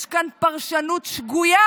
יש כאן פרשנות שגויה